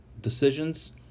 decisions